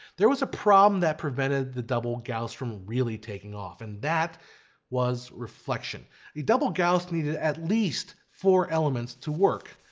there was a problem that prevented the double gauss from really taking off, and that was reflection double gauss needed at least four elements to work,